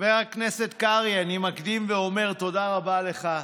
חבר הכנסת קרעי, אני מקדים ואומר: תודה רבה לך.